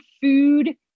food